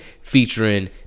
featuring